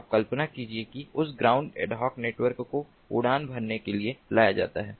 अब कल्पना कीजिए कि उस ग्राउंड एड हॉक नेटवर्क को उड़ान भरने के लिए लाया जाता है